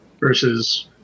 versus